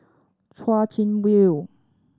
Chwee Chian View